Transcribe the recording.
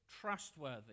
trustworthy